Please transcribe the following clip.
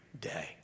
day